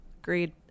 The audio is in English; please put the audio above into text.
Agreed